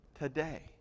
today